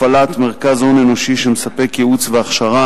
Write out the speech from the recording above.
הפעלת מרכז הון אנושי שמספק ייעוץ והכשרה